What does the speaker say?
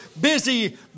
busy